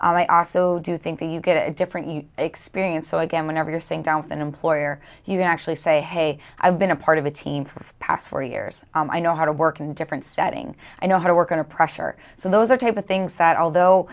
i also do think that you get a different experience so again whenever you're saying down with an employer you can actually say hey i've been a part of a team for the past four years i know how to work in a different setting i know how to work on a pressure so those are type of things that